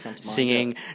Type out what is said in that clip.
singing